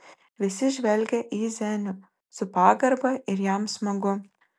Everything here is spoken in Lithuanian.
visi žvelgia į zenių su pagarba ir jam smagu